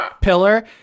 pillar